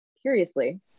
curiously